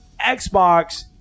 Xbox